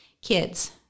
Kids